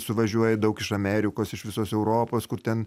suvažiuoja daug iš amerikos iš visos europos kur ten